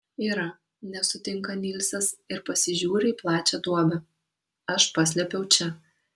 yra nesutinka nilsas ir pasižiūri į plačią duobę aš paslėpiau čia